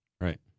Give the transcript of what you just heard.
Right